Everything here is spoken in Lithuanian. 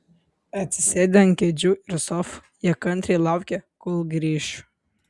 atsisėdę ant kėdžių ir sofų jie kantriai laukė kol grįšiu